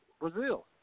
Brazil